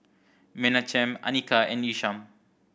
Menachem Anika and Isham